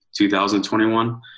2021